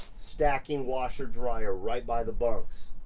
stacking washer dryer right by the bunks.